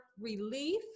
relief